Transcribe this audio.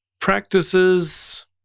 practices